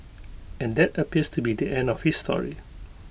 and that appears to be the end of his story